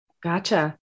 Gotcha